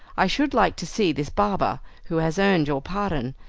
i should like to see this barber who has earned your pardon.